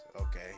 okay